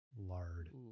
Lard